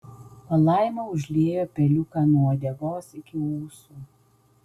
palaima užliejo peliuką nuo uodegos iki ūsų